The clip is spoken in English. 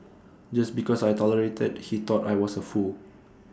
just because I tolerated he thought I was A fool